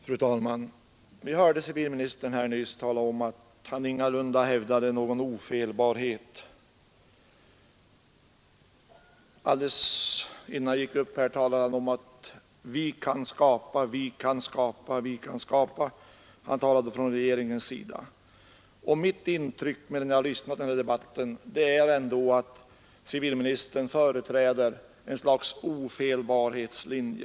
Fru talman! Vi hörde civilministern här nyss tala om att han ingalunda hävdade någon ofelbarhet. Men alldeles innan jag gick upp här använde han gång på gång orden ”vi kan skapa” — han talade från regeringens sida. Mitt intryck av debatten blev ändå att civilministern företräder ett slags ofelbarhetslinje.